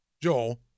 Joel